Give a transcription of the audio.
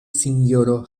sinjoro